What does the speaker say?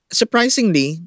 surprisingly